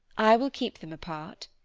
i will keep them apart,